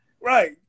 right